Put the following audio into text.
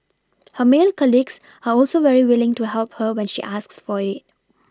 her male colleagues are also very willing to help her when she asks for it